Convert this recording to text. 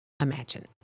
imagine